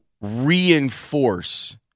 reinforce